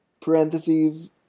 Parentheses